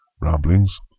ramblings